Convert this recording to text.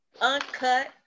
uncut